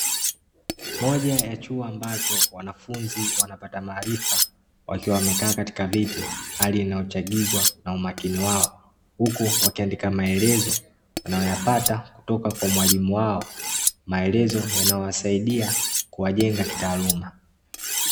Moja ya chuo ambacho wanafunzi wanapata maarifa, wakiwa wamekaa katika viti. Hali inayochangizwa na umakini wao huku wakiandika maelezo wanayoyapata kutoka kwa mwalimu wao, maelezo yanayowasaidia kuwajenga kitaaluma.